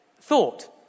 thought